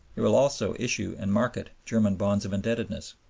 it will also issue and market german bonds of indebtedness.